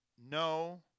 no